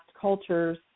cultures